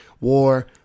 war